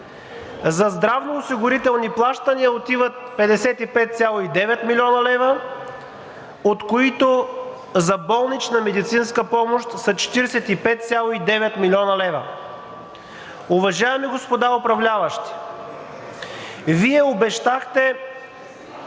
За здравноосигурителни плащания отиват 55,9 млн. лв., от които за болнична медицинска помощ са 45,9 млн. лв. Уважаеми господа управляващи, Вие обещахте